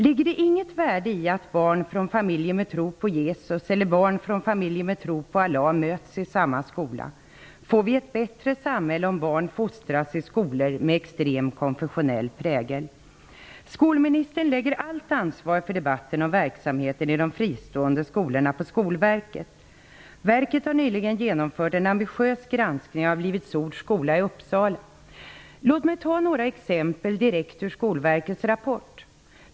Ligger det inget värde i att barn från familjer med tro på Jesus eller barn från familjer med tro på Allah möts i samma skola? Får vi ett bättre samhälle om barn fostras i skolor med extrem konfessionell prägel? Skolministern lägger allt ansvar för debatten om verksamheten i de fristående skolorna på Skolverket. Verket har nyligen genomfört en ambitiös granskning av Livets Ords skola i Låt mig ta några exempel direkt ur Skolverkets rapport.